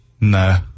No